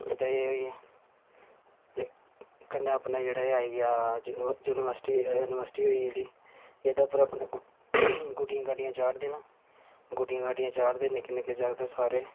एह्दे एह् होई गेआ ते कन्नै अपने जेह्ड़ा एह् आई गेआ जन्म जन्माष्टमी जन्माष्टमी होई गेई जेह्ड़ी एह्दे पर अपने गुड्डियां गाड्डियां चाढ़दे न गुड्डियां गाड्डियां चाढ़दे निक्के निक्के जागत सारे